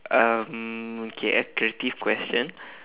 um okay a creative question